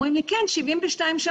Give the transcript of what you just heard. אומרים לי "..כן 72 שעות,